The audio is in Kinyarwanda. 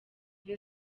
the